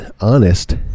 honest